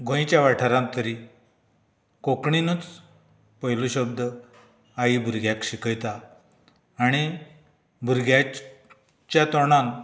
गोंयच्या वाठारांत तरी कोंकणीनच पयलो शब्द आई भुरग्याक शिकयता आनी भुरग्याच्या तोंडांत